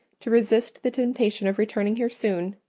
to resist the temptation of returning here soon,